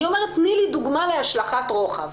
תני לי דוגמה להשלכת רוחב.